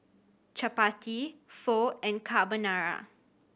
Chapati Pho and Carbonara